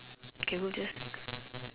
okay we'll just